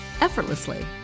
effortlessly